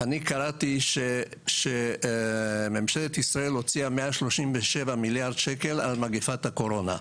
אני קראתי שממשלת ישראל הוציאה מעל 37 מיליארד שקל על מגפת הקורונה.